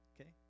okay